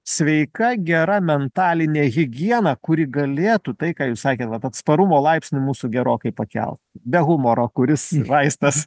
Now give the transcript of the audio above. sveika gera mentalinė higiena kuri galėtų tai ką jūs sakėt vat atsparumo laipsnį mūsų gerokai pakelt be humoro kuris vaistas